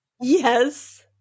Yes